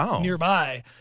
nearby